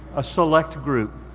a select group,